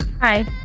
Hi